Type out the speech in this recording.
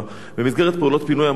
במסגרת פעולות פינוי המאחזים,